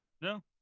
No